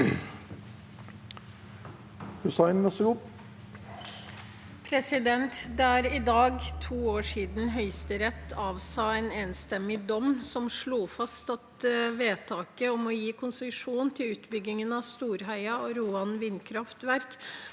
«Det er nå to år siden Høyesterett avsa en enstemmig dom som slo fast at vedtaket om å gi konsesjon til utbyggingen av Storheia og Roan vindkraftverk